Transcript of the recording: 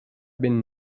been